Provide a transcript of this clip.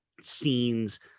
scenes